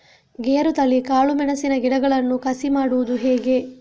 ಗೇರುತಳಿ, ಕಾಳು ಮೆಣಸಿನ ಗಿಡಗಳನ್ನು ಕಸಿ ಮಾಡುವುದು ಹೇಗೆ?